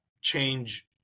change